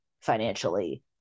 financially